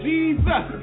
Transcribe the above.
Jesus